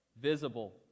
visible